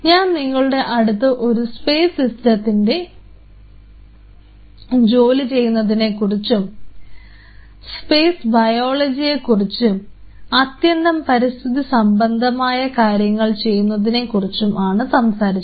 ഞാൻ നിങ്ങളുടെ അടുത്ത് ഒരു സ്പേസ് സിസ്റ്റത്തിൽ ജോലി ചെയ്യുന്നതിനെകുറിച്ചും സ്പേസ് ബയോളജിയെ കുറിച്ചും അത്യന്തം പരിസ്ഥിതി സംബന്ധമായ കാര്യങ്ങൾ ചെയ്യുന്നതിനെക്കുറിച്ചും ആണ് സംസാരിച്ചത്